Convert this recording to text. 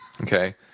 Okay